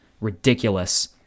ridiculous